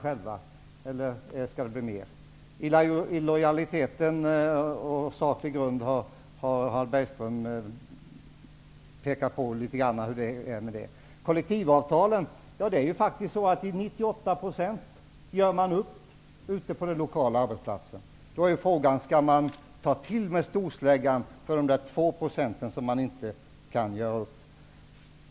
Hur det är med illojaliteten som saklig grund har Harald Bergström pekat litet grand på. Sedan är det faktiskt så att i 98 % av fallen gör man upp på den lokala arbetsplatsen. Då är frågan: Skall man ta till storsläggan för de 2 % som man inte kan göra upp om?